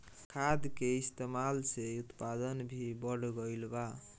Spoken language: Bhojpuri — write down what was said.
खाद के इस्तमाल से उत्पादन भी बढ़ गइल बा